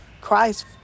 Christ